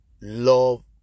love